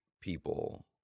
people